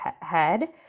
head